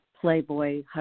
Playboy